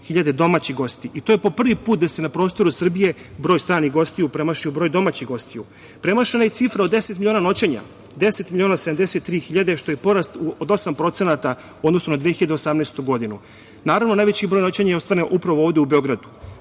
hiljada domaći gosti. To je po prvi put da se na prostoru Srbije broj stranih gostiju premašio broj domaćih gostiju. Premašena je cifra od deset miliona noćenja, deset miliona 73 hiljade što je porast od osma procenata, u odnosu na 2018. godinu. Najveći broj noćenja je ostvaren upravo ovde u Beogradu.Zašto